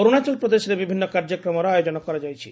ଅର୍ଭଶାଚଳ ପ୍ରଦେଶରେ ବିଭିନ୍ନ କାର୍ଯ୍ୟକ୍ରମର ଆୟୋଜନ କରାଯାଇଛି